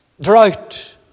Drought